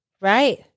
Right